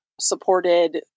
supported